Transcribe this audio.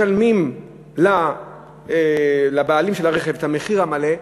משלמות לבעלים של הרכב את המחיר המלא,